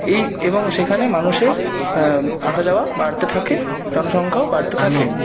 এই এবং সেখানে মানুষের আসা যাওয়া বাড়তে থাকে জনসংখ্যাও বাড়তে থাকে